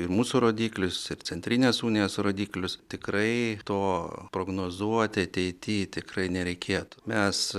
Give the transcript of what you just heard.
ir mūsų rodiklius ir centrinės unijos rodiklius tikrai to prognozuoti ateity tikrai nereikėtų mes